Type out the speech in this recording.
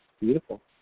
Beautiful